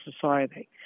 society